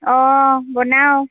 অঁ বনাওঁ